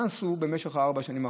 מה עשו במשך ארבע השנים האחרונות?